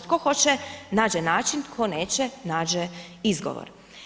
Tko hoće nađe način, tko neće nađe izgovor.